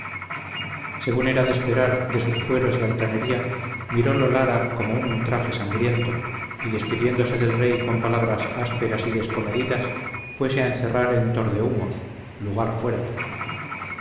según era de esperar de sus fueros y altanería mirólo lara como un ultraje sangriento y despidiéndose del rey con palabras ásperas y descomedidas fuese a encerrar en tordehumos lugar fuerte